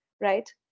right